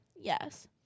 yes